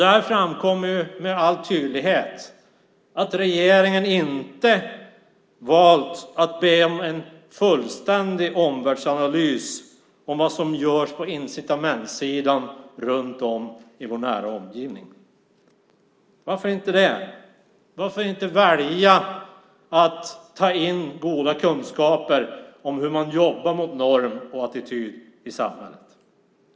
Där framkom med all tydlighet att regeringen inte valt att be om en fullständig omvärldsanalys om vad som görs på incitamentssidan runt om i vår nära omgivning. Varför inte? Varför inte välja att ta in goda kunskaper om hur man jobbar mot norm och attityd i samhället?